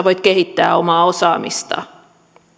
voi kehittää omaa osaamistaan